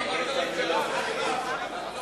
הרווחה והבריאות על